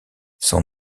son